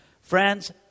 Friends